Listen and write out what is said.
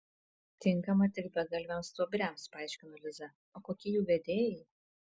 tinkama tik begalviams stuobriams paaiškino liza o kokie jų vedėjai